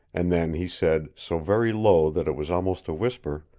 and then he said, so very low that it was almost a whisper,